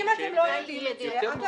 אתה יכול לא להסכים, אבל "שקר"?